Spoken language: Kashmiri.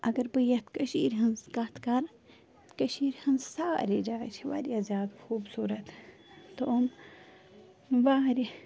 اگر بہٕ یَتھ کٔشیٖرِ ہنٛز کَتھ کَرٕ کٔشیٖرِ ہنٛز سارے جایہِ چھِ وارِیاہ زیادٕ خُبصورت تہٕ یِم وارِیاہ